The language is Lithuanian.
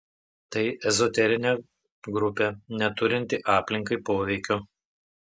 tai ezoterinė grupė neturinti aplinkai poveikio